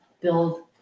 build